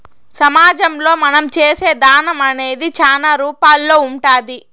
సమాజంలో మనం చేసే దానం అనేది చాలా రూపాల్లో ఉంటాది